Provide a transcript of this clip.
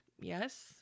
Yes